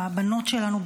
בבנות שלנו,